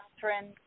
Catherine